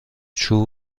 چوب